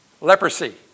Leprosy